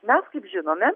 mes kaip žinome